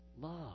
Love